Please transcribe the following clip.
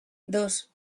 dos